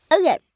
Okay